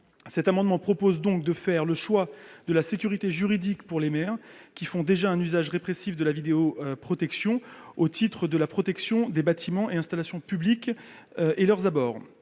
cet amendement, il est proposé de faire le choix de la sécurité juridique pour les maires qui font déjà un usage répressif de la vidéoprotection au titre de la protection des bâtiments et installations publics et leurs abords.